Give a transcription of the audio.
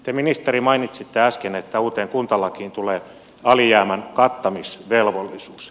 te ministeri mainitsitte äsken että uuteen kuntalakiin tulee alijäämän kattamisvelvollisuus